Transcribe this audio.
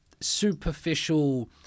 superficial